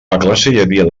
havia